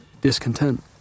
discontent